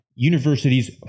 universities